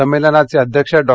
संमेलनाचे अध्यक्ष डॉ